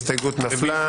הסתייגות 11 נפלה.